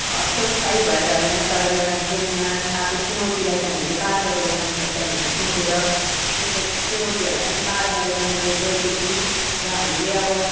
हतोत्साही भएर होइन तर एउटा जीवनमा आएको चुनौतीलाई चाहिँ हामीले पार गरेर जानु पर्छ भन्ने सोचेर त्यस्तो चुनौतीहरूलाई पनि पार गरेर मैले गएको छु र हामीले अब